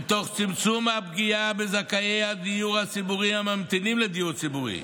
ותוך צמצום הפגיעה בזכאי הדיור הציבורי הממתינים לדיור ציבורי.